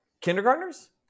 kindergartners